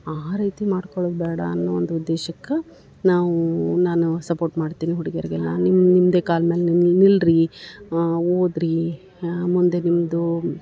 ಆ ರೀತಿ ಮಾಡ್ಕೊಳೋದು ಬ್ಯಾಡ ಅನ್ನೋ ಒಂದು ಉದ್ದೇಶಕ್ಕೆ ನಾವು ನಾನು ಸಪೋರ್ಟ್ ಮಾಡ್ತೀನಿ ಹುಡುಗಿಯರಿಗೆಲ್ಲಾ ನಿಮ್ಮ ನಿಮ್ಮದೇ ಕಾಲು ಮೇಲೆ ನೀವು ನಿಲ್ರಿ ಓದ್ರಿ ಮುಂದೆ ನಿಮ್ಮದು